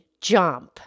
jump